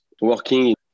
working